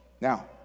Now